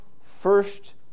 first